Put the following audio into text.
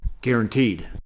Guaranteed